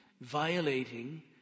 violating